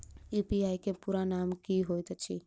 UPI केँ पूरा नाम की होइत अछि?